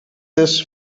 this